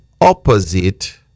opposite